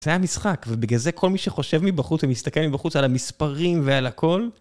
זה היה משחק, ובגלל זה כל מי שחושב מבחוץ ומסתכל מבחוץ על המספרים ועל הכל…